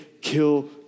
kill